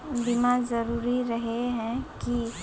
बीमा जरूरी रहे है की?